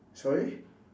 sorry